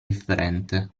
differente